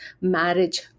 marriage